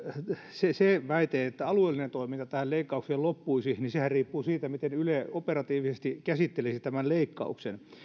se se väite että alueellinen toiminta tähän leikkaukseen loppuisi sehän riippuu siitä miten yle operatiivisesti käsittelisi tämän leikkauksen